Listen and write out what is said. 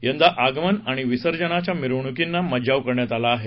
यंदा आगमन आणि विसर्जनाच्या मिरवणुकींना मज्जाव करण्यात आला आहे